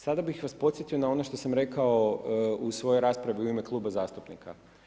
Sada bih vas podsjetio na ono što sam rekao u svojoj raspravi u ime kluba zastupnika.